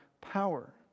power